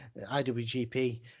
IWGP